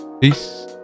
Peace